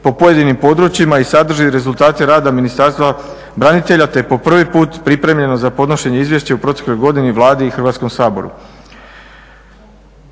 po pojedinim područjima i sadrži rezultate rada Ministarstva branitelja, te je po prvi put pripremljeno za podnošenje izvješća u protekloj godini Vladi i Hrvatskom saboru.